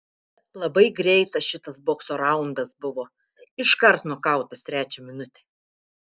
labai greitas šitas bokso raundas buvo iškart nokautas trečią minutę